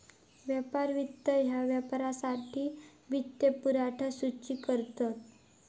व्यापार वित्त ह्या व्यापारासाठी वित्तपुरवठा सूचित करता